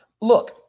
look